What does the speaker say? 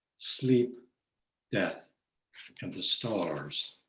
sleep that kind of the stars.